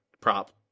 prop